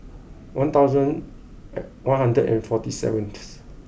one thousand one hundred and forty seventh